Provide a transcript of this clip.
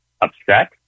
upset